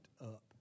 up